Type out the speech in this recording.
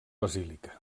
basílica